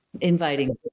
inviting